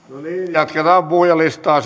jatketaan puhujalistaa